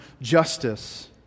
justice